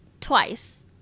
twice